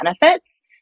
benefits